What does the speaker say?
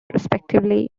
respectively